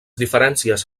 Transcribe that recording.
diferències